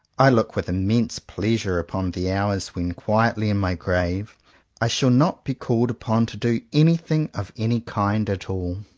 i look with immense pleasure upon the hours when quietly in my grave i shall not be called upon to do anything of any kind at all.